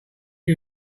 you